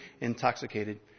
intoxicated